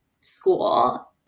school